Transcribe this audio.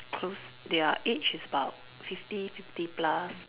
close their age is about fifty fifty plus